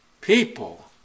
People